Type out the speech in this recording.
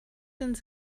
sind